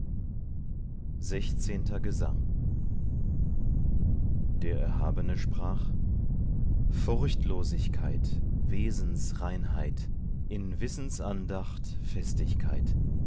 sechzehnter gesang der erhabene sprach furchtlosigkeit wesensreinheit in wissensandacht festigkeit